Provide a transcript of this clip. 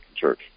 church